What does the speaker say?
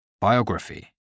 biography